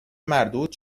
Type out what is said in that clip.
مردود